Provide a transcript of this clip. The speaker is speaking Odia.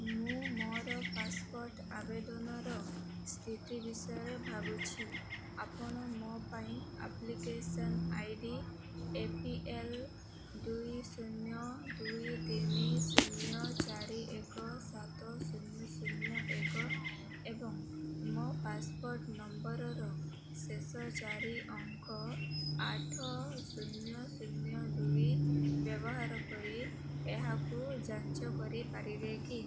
ମୁଁ ମୋର ପାସପୋର୍ଟ ଆବେଦନର ସ୍ଥିତି ବିଷୟରେ ଭାବୁଛି ଆପଣ ମୋ ପାଇଁ application ID A P L ଦୁଇ ଶୂନ୍ୟ ଦୁଇ ତିନି ଶୂନ୍ୟ ଚାରି ଏକ ସାତ ଶୂନ୍ୟ ଶୂନ୍ୟ ଏକ ଏବଂ ମୋ ପାସପୋର୍ଟ ନମ୍ବରର ଶେଷ ଚାରି ଅଙ୍କ ଆଠ ଶୂନ୍ୟ ଶୂନ୍ୟ ଦୁଇ ବ୍ୟବହାର କରି ଏହାକୁ ଯାଞ୍ଚ କରିପାରିବେ କି